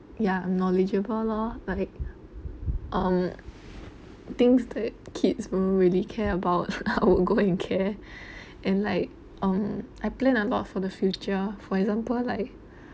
ya knowledgeable lor like um things that kids won't really care about I would go and care and like um I plan a lot for the future for example like